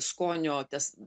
skonio tes